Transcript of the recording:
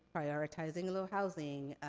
prioritizing a little housing,